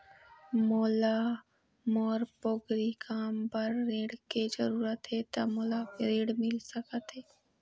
मोला मोर पोगरी काम बर ऋण के जरूरत हे ता मोला ऋण मिल सकत हे?